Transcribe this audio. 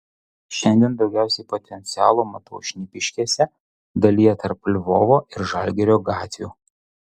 šiandien daugiausiai potencialo matau šnipiškėse dalyje tarp lvovo ir žalgirio gatvių